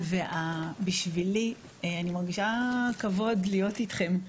בשבילי, אני מרגישה כבוד להיות איתכם.